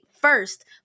first